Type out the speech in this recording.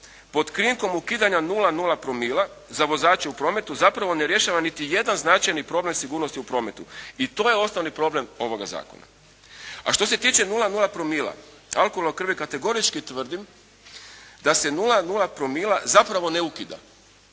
pod krinkom ukidanja 0,0 promila za vozače u prometu zapravo ne rješava niti jedan značajni problem sigurnosti u prometu i to je osnovni problem ovoga zakona. A što se tiče 0,0 promila alkohola u krvi, kategorički tvrdim da se 0,0 promila zapravo ne ukida.